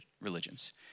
religions